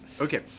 okay